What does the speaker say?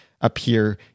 appear